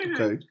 Okay